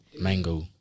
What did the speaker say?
mango